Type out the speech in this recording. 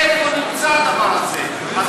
איפה נמצא הדבר הזה?